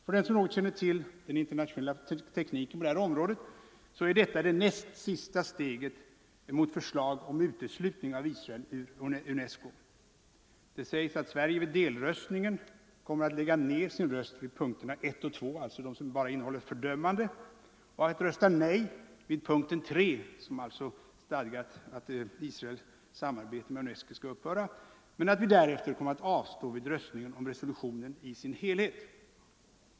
För den som något känner till den internationella tekniken på detta område är detta det näst sista steget mot förslag om uteslutning av Israel ur UNESCO. Det sägs att Sverige vid delröstningen kommer att lägga ned sin röst vid punkterna 1 och 2, dvs. de som bara innehåller ett fördömande, och rösta nej vid punkten 3, dvs. den där man föreslår att Israels samarbete med UNESCO skall upphöra, men därefter avstå vid röstningen om resolutionen i sin helhet.